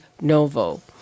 Novo